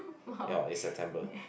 ya in September